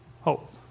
hope